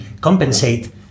compensate